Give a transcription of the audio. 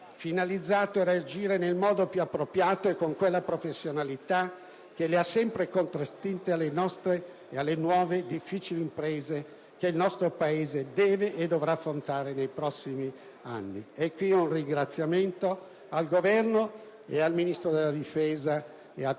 finalizzato a reagire nel modo più appropriato e con quella professionalità che le ha sempre contraddistinte alle nuove difficili imprese che il nostro Paese deve e dovrà affrontare nei prossimi anni. Esprimo, infine, un ringraziamento al Governo, al Ministro della difesa e a